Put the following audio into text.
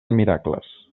miracles